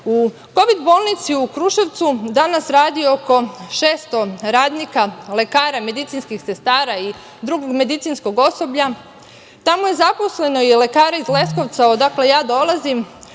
kovid bolnici u Kruševcu danas radi oko 600 radnika, lekara, medicinskih sestara i drugog medicinskog osoblja. Tamo su zaposleni i lekari iz Leskovca odakle ja dolazim,